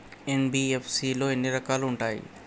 NBFC లో ఎన్ని రకాలు ఉంటాయి?